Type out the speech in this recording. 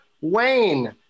Wayne